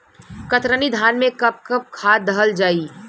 कतरनी धान में कब कब खाद दहल जाई?